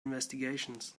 investigations